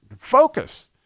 focus